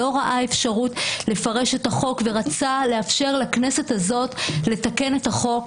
לא ראה אפשרות לפרש את החוק ורצה לאפשר לכנסת הזאת לתקן את החוק,